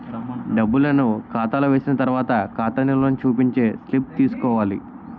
డబ్బులను ఖాతాలో వేసిన తర్వాత ఖాతా నిల్వని చూపించే స్లిప్ తీసుకోవాలి